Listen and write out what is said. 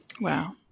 Wow